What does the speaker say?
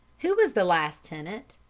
who was the last tenant?